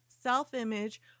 self-image